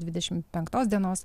dvidešimt penktos dienos